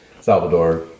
Salvador